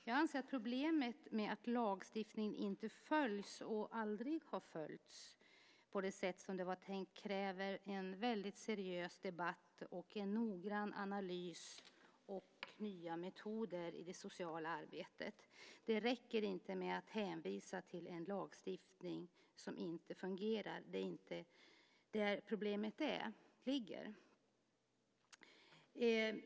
Jag anser att problemet med att lagstiftningen inte följs, och aldrig har följts, på det sätt som var tänkt kräver en väldigt seriös debatt, en noggrann analys och nya metoder i det sociala arbetet. Det räcker inte med att hänvisa till en lagstiftning som inte fungerar. Det är inte där problemet ligger.